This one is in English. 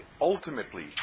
ultimately